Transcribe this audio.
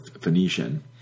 Phoenician